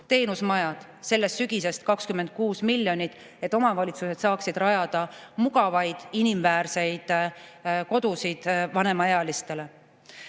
Teenusmajad – sellest sügisest 26 miljonit, et omavalitsused saaksid rajada mugavaid inimväärseid kodusid vanemaealistele.